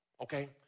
Okay